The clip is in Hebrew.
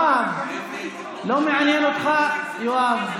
לא מעניין אותך, יואב?